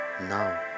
Now